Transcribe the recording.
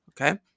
okay